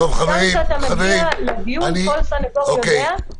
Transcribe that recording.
גם כשאתה מגיע לדיון, כל סנגור יודע --- אוקיי.